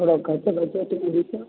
थोरो घटि बचत बि ॾीजो